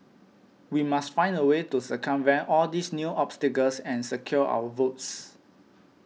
we must find a way to circumvent all these new obstacles and secure our votes